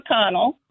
McConnell